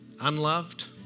unloved